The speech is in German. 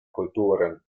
kulturen